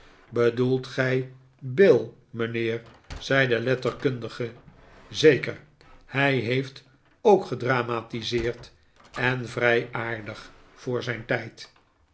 bedoelt gij bill mijnheer zei de letterkundige zeker hij heeft ook gedramatiseerd en vrij aardig voor zijn tijd